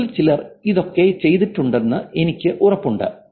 നിങ്ങളിൽ ചിലർ ഇതൊക്കെ ചെയ്തിട്ടുണ്ടെന്ന് എനിക്ക് ഉറപ്പുണ്ട്